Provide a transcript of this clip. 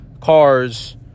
cars